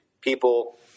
People